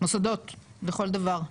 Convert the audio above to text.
מוסדות לכל דבר.